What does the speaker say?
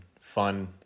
fun